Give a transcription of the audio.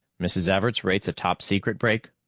mrs. everts rates a topsecret break?